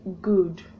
good